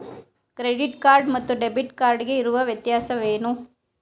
Credit card ಮತ್ತು debit card ಗೆ ಇರುವ ವ್ಯತ್ಯಾಸವೇನು?